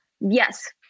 Yes